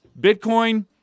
Bitcoin